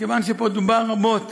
כיוון שפה דובר רבות